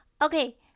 Okay